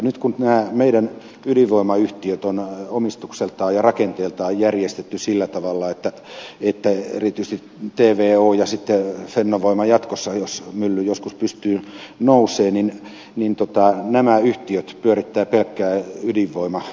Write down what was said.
nyt kun nämä meidän ydinvoimayhtiömme ovat omistukseltaan ja rakenteeltaan järjestetty sillä tavalla että erityisesti tvo ja fennovoima jatkossa jos mylly joskus pystyyn nousee pyörittävät pelkkää ydinvoimasähkön tuotantoa